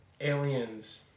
aliens